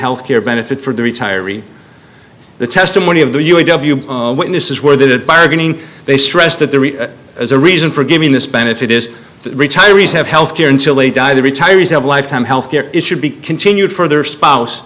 health care benefit for the retiree the testimony of the witnesses were the bargaining they stressed that there is a reason for giving this benefit is the retirees have health care until they die the retirees have lifetime health care it should be continued for their spouse